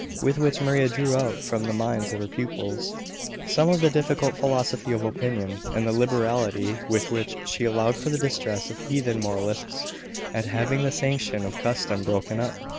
with which maria drew out from the minds of her pupils some of the difficult philosophy of opinion, and the liberality with which she allowed for the distress of heathen moralists at having the sanction of custom broken up.